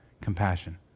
compassion